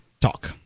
talk